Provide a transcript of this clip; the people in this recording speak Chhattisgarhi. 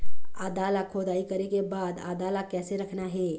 आदा ला खोदाई करे के बाद आदा ला कैसे रखना हे?